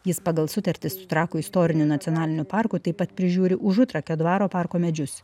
jis pagal sutartį su trakų istoriniu nacionaliniu parku taip pat prižiūri užutrakio dvaro parko medžius